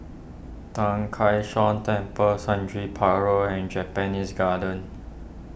Tang Kak Seah Temple Sundridge Park Road and Japanese Garden